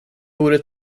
vore